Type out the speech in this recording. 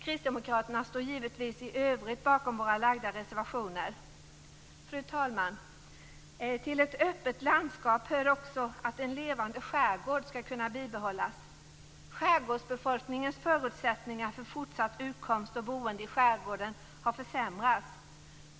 Kristdemokraterna står givetvis i övrigt bakom våra framlagda reservationer. Fru talman! Till ett öppet landskap hör också att en levande skärgård skall kunna bibehållas. Skärgårdsbefolkningens förutsättningar för fortsatt utkomst och boende i skärgården har försämrats.